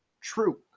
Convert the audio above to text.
True